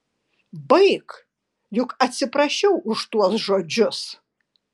baik juk atsiprašiau už tuos žodžius